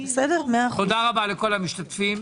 תודה רבה לכל המשתתפים.